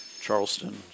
Charleston